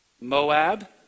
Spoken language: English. Moab